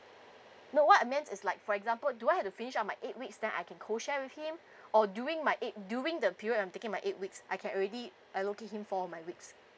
no what I meant is like for example do I have to finish all my eight weeks then I can call share with him or during my eight during the period I'm taking my eight weeks I can already allocate him four of my weeks